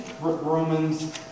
Romans